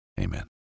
amen